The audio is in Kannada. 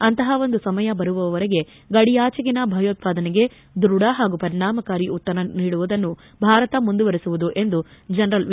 ಅಂತಹ ಒಂದು ಸಮಯ ಬರುವವರೆಗೆ ಗಡಿಯಾಜೆಗಿನ ಭಯೋತ್ಪಾದನೆಗೆ ದೃಢ ಹಾಗೂ ಪರಿಣಾಮಕಾರಿ ಉತ್ತರ ನೀಡುವುದನ್ನು ಭಾರತ ಮುಂದುವರೆಸುವುದು ಎಂದು ಜನರಲ್ ವಿ